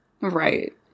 right